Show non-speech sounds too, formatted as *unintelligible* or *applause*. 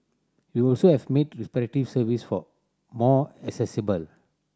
we also have made *unintelligible* service for more accessible